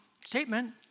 statement